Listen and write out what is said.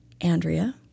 Andrea